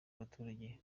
abaturage